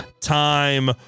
time